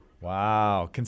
Wow